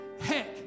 Heck